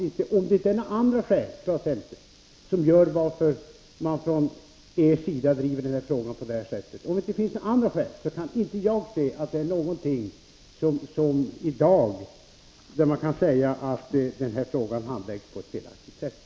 Jag kan inte i dag se att det finns några skäl att säga att den här frågan handläggs på ett felaktigt sätt, om det inte är så att det finns några andra skäl än sakliga till att ni från er sida driver den här frågan på det här sättet.